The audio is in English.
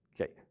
Okay